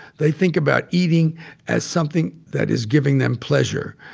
they think about eating as something that is giving them pleasure.